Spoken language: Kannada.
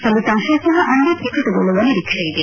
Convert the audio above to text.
ಫಲಿತಾಂಶ ಸಹ ಅಂದೇ ಪ್ರಕಟಗೊಳ್ಳುವ ನಿರೀಕ್ಷೆ ಇದೆ